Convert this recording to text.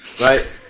right